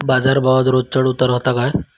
बाजार भावात रोज चढउतार व्हता काय?